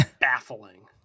baffling